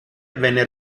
venne